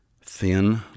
thin